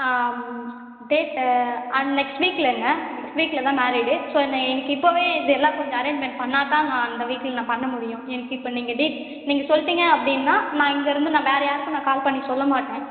date ஆ next வீக்லேங்க next வீக்கில்தான் மேரிடு ஸோ எனக்கு இப்போதே இதெல்லாம் கொஞ்சம் அரேஞ்ச்மெண்ட் பண்ணால்தான் நான் அந்த வீக்கில் நான் பண்ண முடியும் எனக்கு இப்போ நீங்கள் டீட் நீங்கள் சொல்லிட்டீங்க அப்படின்னா நான் இங்கிருந்து நான் வேறு யாருக்கும் நான் கால் பண்ணி சொல்ல மாட்டேன்